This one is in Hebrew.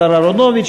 השר אהרונוביץ,